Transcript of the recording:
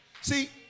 see